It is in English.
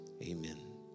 Amen